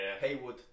Haywood